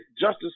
justice